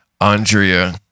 Andrea